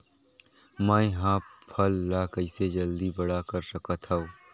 मैं ह फल ला कइसे जल्दी बड़ा कर सकत हव?